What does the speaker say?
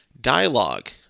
Dialogue